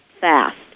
fast